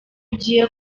ugiye